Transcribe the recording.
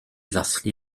ddathlu